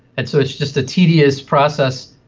and so it's just a tedious process,